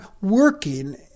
working